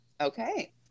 Okay